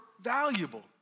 valuable